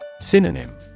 Synonym